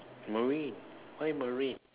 marine why marine